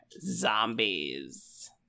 zombies